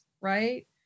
right